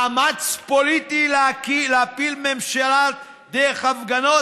מאמץ פוליטי להפיל ממשלה דרך הפגנות,